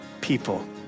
people